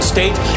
State